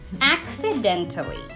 accidentally